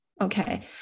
Okay